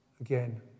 again